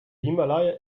himalaya